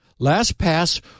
LastPass